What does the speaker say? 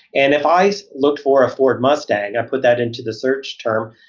and if i look for a ford mustang, i put that into the search term,